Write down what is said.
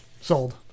sold